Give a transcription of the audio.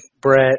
Brett